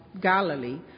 Galilee